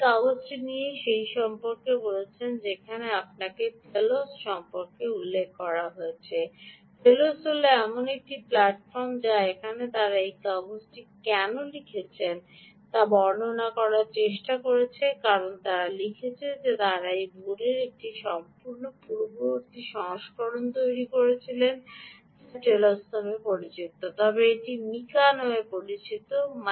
এখন এই কাগজটি নিজেই এই সম্পর্কে কথা বলছে যেমন আমি আপনাকে টেলোস সম্পর্কে উল্লেখ করেছি ঠিক টেলোস হল এমন একটি প্ল্যাটফর্ম যা সেখানে তারা এই কাগজটি কেন লিখেছে তা বর্ণনা করার চেষ্টা করছে কারণ তারা লিখেছিল যে তারা এই বোর্ডের একটি পূর্ববর্তী সংস্করণ তৈরি করেছিলেন যা টেলোস নামে পরিচিত নয় তবে এটি মিকা নামে পরিচিত